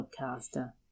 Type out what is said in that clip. podcaster